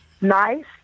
nice